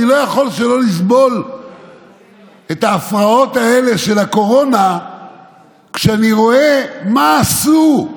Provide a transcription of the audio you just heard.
אני לא יכול שלא לסבול את ההפרעות האלה של הקורונה כשאני רואה מה עשו,